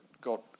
got